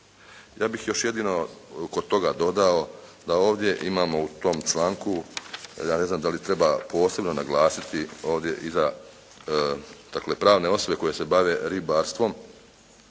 Ja bih još jedino kod toga dodao da ovdje imamo u tom članku, ja ne znam da li treba posebno naglasiti ovdje iza dakle pravne osobe koje se bave ribarstvom